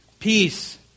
Peace